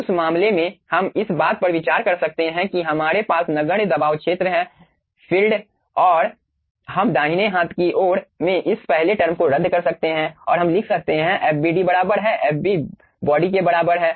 उस मामले में हम इस बात पर विचार कर सकते हैं कि हमारे पास नगण्य दबाव क्षेत्र है है फ़ील्ड और हम दाहिने हाथ की ओर में इस पहले टर्म को रद्द कर सकते हैं और हम लिख सकते हैं FbD बराबर है Fb बॉडी के बराबर है